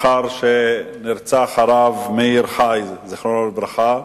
נרצח הרב מאיר חי, זיכרונו לברכה,